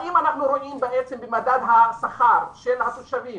האם אנחנו רואים שמדד השכר של התושבים